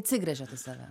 atsigręžiat į save